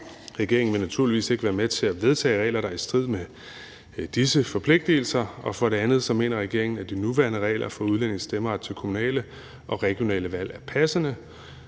Regeringen vil naturligvis ikke være med til at vedtage regler, der er i strid med disse forpligtelser. Og for det andet mener regeringen, at de nuværende regler for udlændinges stemmeret til kommunale og regionale valg er passende.